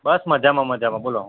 બસ મજામાં મજામાં બોલો